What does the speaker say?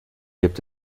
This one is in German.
gibt